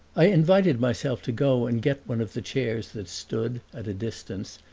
i invited myself to go and get one of the chairs that stood, at a distance,